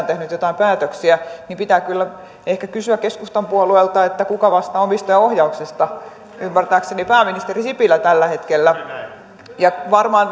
tehnyt joitain päätöksiä pitää kyllä kysyä keskustan puolueelta kuka vastaa omistajaohjauksesta ymmärtääkseni pääministeri sipilä tällä hetkellä ja varmaan